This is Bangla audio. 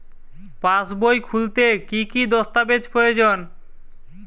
পাসবই খুলতে কি কি দস্তাবেজ প্রয়োজন?